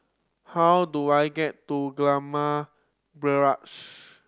how do I get to Gillman Barracks